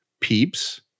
peeps